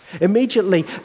Immediately